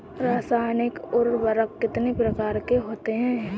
रासायनिक उर्वरक कितने प्रकार के होते हैं?